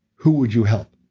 who would you help?